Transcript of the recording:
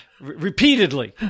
Repeatedly